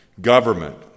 Government